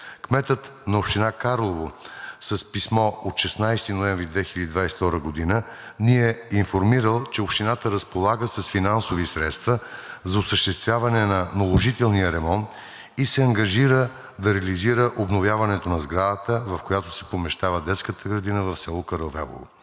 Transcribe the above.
Кметът на община Карлово с писмо от 16 ноември 2022 г. ни е информирал, че Общината разполага с финансови средства за осъществяване на наложителния ремонт и се ангажира да реализира обновяването на сградата, в която се помещава детската градина в село Каравелово.